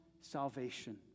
salvation